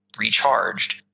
recharged